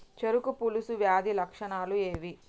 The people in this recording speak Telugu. చెరుకు పొలుసు వ్యాధి లక్షణాలు ఏవి?